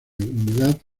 humedad